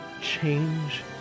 change